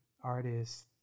artists